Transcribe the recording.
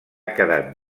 quedat